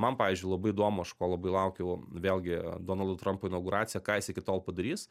man pavyzdžiui labai įdomu aš ko labai laukiau vėlgi donaldo trampo inauguracija ką jis iki tol padarys